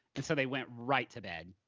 and so they went right to bed.